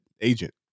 agent